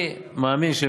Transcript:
אני אפשרתי לך לשאול,